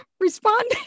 responding